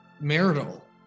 marital